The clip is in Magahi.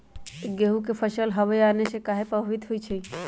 गेंहू के फसल हव आने से काहे पभवित होई छई?